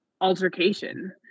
altercation